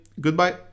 goodbye